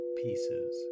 pieces